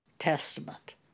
Testament